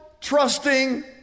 trusting